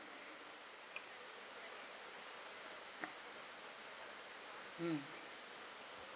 mm